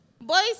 boys